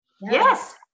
yes